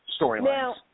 storylines